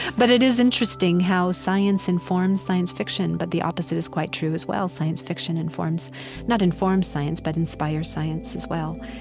but it is interesting how science informs science fiction, but the opposite is quite true as well science fiction informs not informs science, but inspires science as well,